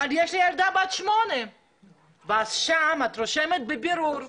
אבל יש לי ילדה בת שמונה ושם את רושמת 'בבירור',